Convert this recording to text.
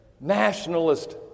nationalist